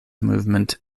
movement